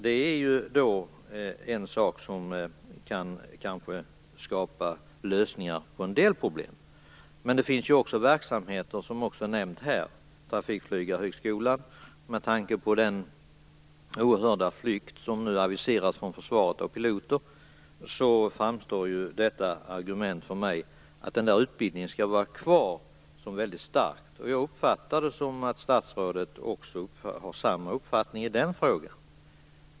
Det är något som kanske skulle kunna lösa en del problem. Men det finns andra verksamheter som är nämnda här, t.ex. Trafikflygarhögskolan. Den flykt av piloter som nu aviseras från försvaret framstår för mig som ett starkt argument för att den utbildningen skall vara kvar. Jag uppfattar det som att statsrådet håller med mig i den frågan.